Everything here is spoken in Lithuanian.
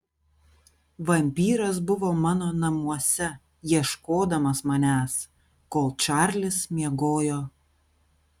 vampyras buvo mano namuose ieškodamas manęs kol čarlis miegojo